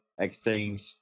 exchange